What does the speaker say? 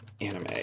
Anime